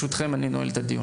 תודה רבה.